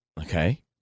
Okay